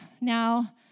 now